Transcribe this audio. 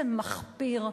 זה מחפיר.